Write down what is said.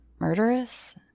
murderous